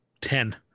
Ten